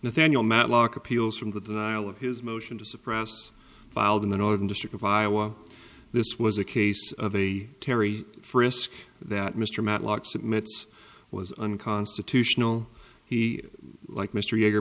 nathaniel matlock appeals from the denial of his motion to suppress filed in the northern district of iowa this was a case of a terry frisk that mr matlock submit was unconstitutional he like mystery